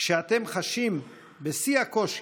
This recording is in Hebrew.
כשאתם חשים בשיא הקושי,